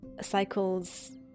cycles